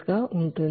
30 joule